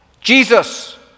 Jesus